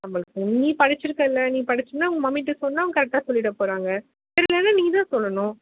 நம்மளுக்கு நீ படிச்சுருக்கல்ல நீ படிச்சின்னால் உங்கள் மம்மிகிட்ட சொன்னால் அவங்க கரெக்டாக சொல்லிடப் போகிறாங்க தெரியலைனா நீதான் சொல்லணும்